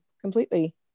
completely